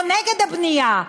או נגד הבנייה?